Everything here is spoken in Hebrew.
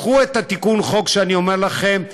קחו את תיקון החוק שאני אומר לכם,